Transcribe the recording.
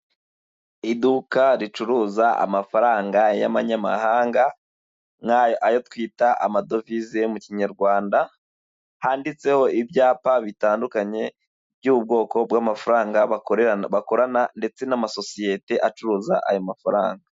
Iduka ricuruza amafaranga yabanyamahanga, ayo twita amadovize mu Kinyarwanda, handitseho ibyapa bitandukanye by'ubwoko bw'amafaranga bakorana ndetse n'amasosiyete acuruza ayo mafaranga.